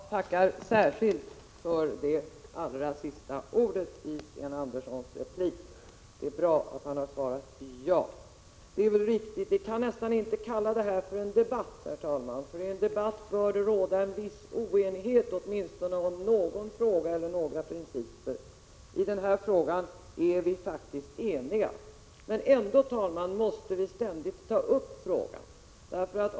Herr talman! Jag tackar särskilt för det allra sista ordet i Sten Anderssons inlägg. Det är bra att han har svarat ja. Det är riktigt att vi nästan inte kan kalla detta för en debatt, herr talman, eftersom det i en debatt bör råda en viss oenighet om åtminstone någon fråga eller några principer. I denna fråga är vi faktiskt eniga. Men ändå, herr talman, måste vi ständigt ta upp frågan.